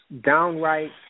downright